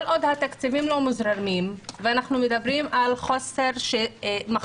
כל עוד התקציבים מוזרמים ואנחנו מדברים על מחסור